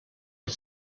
had